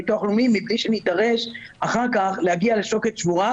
ביטוח הלאומי מבלי שנידרש אחר כך להגיע לשוקת שבורה